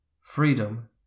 Freedom